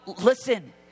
listen